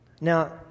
Now